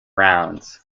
rounds